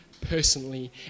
personally